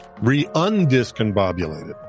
Re-undiscombobulated